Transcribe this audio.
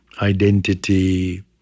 identity